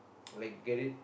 like get it